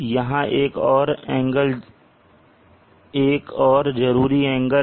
यहां एक और जरूरी एंगल है